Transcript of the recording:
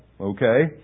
okay